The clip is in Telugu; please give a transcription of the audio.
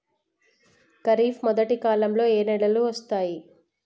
ఖరీఫ్ మొదటి కాలంలో ఏ నెలలు వస్తాయి?